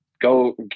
Go